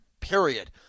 period